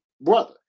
brother